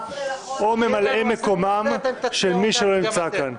או ממלאי מקומם של מי שלא נמצא כאן.